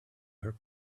her